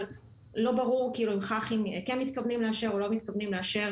אבל לא ברור כאילו אם בחח"י כן מתכוונים לאשר או לא מתכוונים לאשר